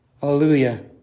Hallelujah